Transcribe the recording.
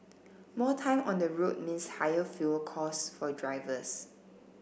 more time on the road means higher fuel cost for drivers